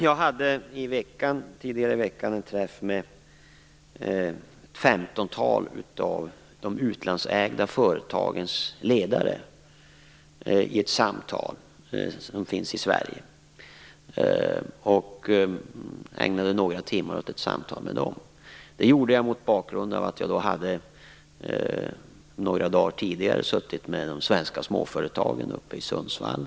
Jag hade tidigare i veckan en träff med ett femtontal av de utlandsägda företagens ledare, som finns i Sverige. Jag ägnade några timmar åt ett samtal med dem. Det gjorde jag mot bakgrund av att jag några dagar tidigare hade suttit med de svenska småföretagarna uppe i Sundsvall.